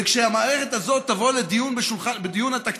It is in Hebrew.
וכשהמערכת הזאת תעלה בדיון התקציב,